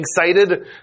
excited